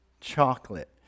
chocolate